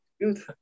good